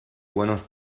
buenos